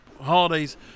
holidays